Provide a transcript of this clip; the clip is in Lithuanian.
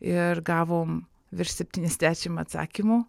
ir gavom virš septyniasdešim atsakymų